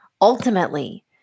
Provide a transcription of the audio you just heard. Ultimately